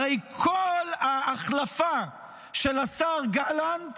הרי כל ההחלפה של השר גלנט